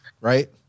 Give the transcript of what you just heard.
right